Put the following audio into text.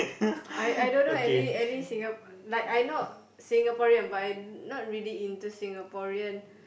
I I don't know any any Singapore like I not Singaporean but I not really into Singaporean